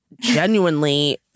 genuinely